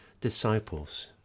disciples